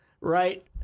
Right